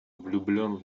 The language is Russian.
влюблен